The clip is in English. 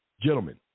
gentlemen